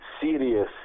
serious